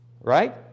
Right